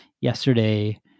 yesterday